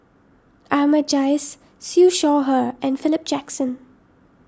Ahmad Jais Siew Shaw Her and Philip Jackson